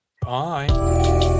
Bye